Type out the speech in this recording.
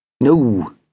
No